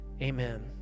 Amen